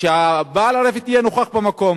שבעל הרפת יהיה נוכח במקום,